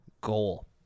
goal